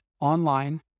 online